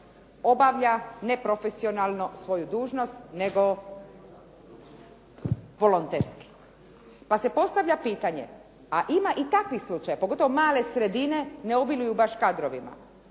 obavlja neprofesionalno svoju dužnost nego volonterski, pa se postavlja pitanje a ima i takvih slučajeva, pogotovo male sredine ne obiluju baš kadrovima